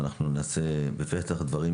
ובפתח דברים,